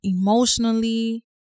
emotionally